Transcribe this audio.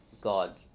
God